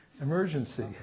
emergency